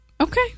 Okay